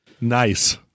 Nice